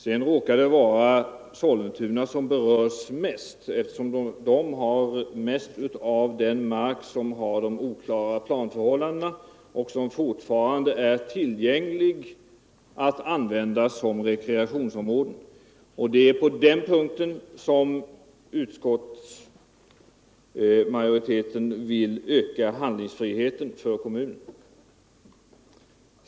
Det råkar bara vara så att Sollentuna berörs starkast, eftersom man där har det mesta av den mark för vilken planförhållandena är oklara och som fortfarande är tillgänglig för att användas som rekreationsområden. Det är på den punkten som utskottsmajoriteten vill öka handlingsfriheten för kommunen.